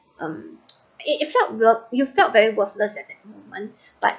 um it it felt you felt very worthless at that moment but